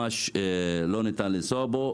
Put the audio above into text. שלא ניתן לנסוע בו.